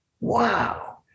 wow